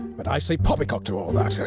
but i say poppycock to all that.